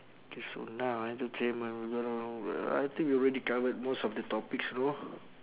K so now ah entertainment we gonna I think we already covered most of the topics know